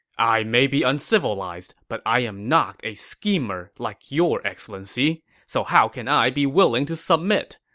i may be uncivilized, but i am not a schemer like your excellency, so how can i be willing to submit?